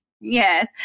Yes